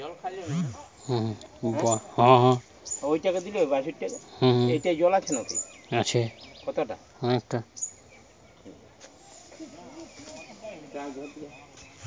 bioshelter লোক করতিছে ঘরের ভিতরের ইকোসিস্টেম চাষ হয়টে